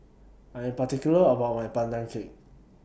I Am particular about My Pandan Cake